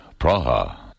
Praha